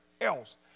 else